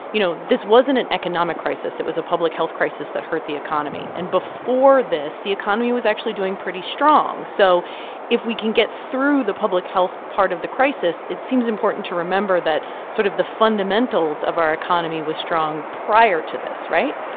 you know, this wasn't an economic crisis it was a public health crisis that hurt the economy. and before this, the economy was actually doing pretty strong. so if we can get through the public health part of the crisis, it seems important to remember that sort of the fundamentals of our economy were strong prior to this, right?